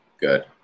good